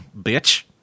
bitch